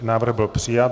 Návrh byl přijat.